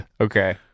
Okay